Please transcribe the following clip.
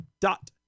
dot